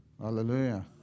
Hallelujah